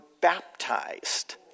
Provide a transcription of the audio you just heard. baptized